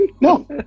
no